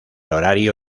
horario